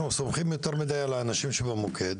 אנחנו סומכים יותר מדי על האנשים במוקד.